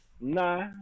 Nah